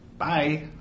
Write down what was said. Bye